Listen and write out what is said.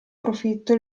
profitto